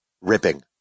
ripping